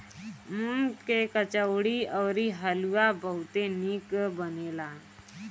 मूंग के कचौड़ी अउरी हलुआ बहुते निक बनेला